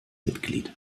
mitglied